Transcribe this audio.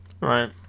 Right